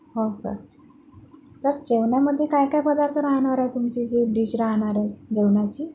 हो sir sir जेवणामध्ये कायकाय पदार्थ राहणार आहे तुमचे जे डिश राहणार आहे जेवणाची